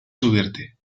subirte